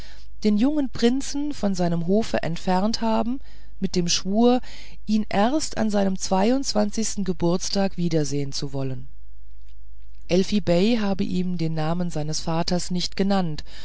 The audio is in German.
den jungen prinzen von seinem hofe entfernt habe mit dem schwur ihn erst an seinem zweiundzwanzigsten geburtstage wiedersehen zu wollen elfi bei habe ihm den namen seines vaters nicht genannt